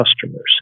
customers